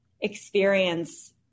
experience